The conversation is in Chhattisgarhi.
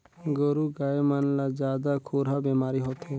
गोरु गाय मन ला जादा खुरहा बेमारी होथे